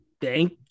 thank